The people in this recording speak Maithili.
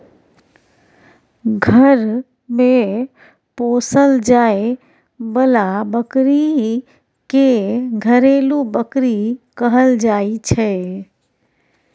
घर मे पोसल जाए बला बकरी के घरेलू बकरी कहल जाइ छै